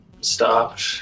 stopped